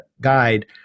guide